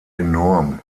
enorm